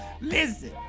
Listen